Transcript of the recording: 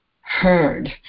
heard